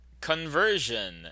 Conversion